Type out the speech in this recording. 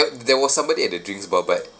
there was somebody at the drinks bar but